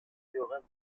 théorème